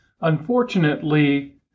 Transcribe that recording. Unfortunately